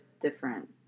different